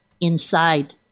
inside